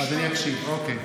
אני מקשיב, אוקיי.